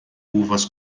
uvas